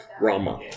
Rama